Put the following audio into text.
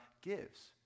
gives